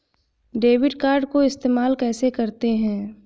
Debit card को इस्तेमाल कैसे करते हैं?